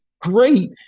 great